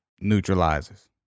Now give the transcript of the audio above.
neutralizes